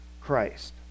Christ